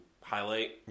highlight